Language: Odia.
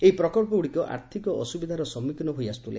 ଏହି ପ୍ରକଳ୍ପଗୁଡ଼ିକ ଆର୍ଥିକ ଅସୁବିଧାର ସମ୍ମୁଖୀନ ହୋଇ ଆସୁଥିଲେ